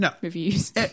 reviews